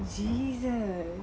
jeeze